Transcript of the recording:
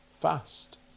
fast